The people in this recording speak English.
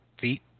feet